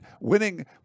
winning